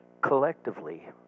collectively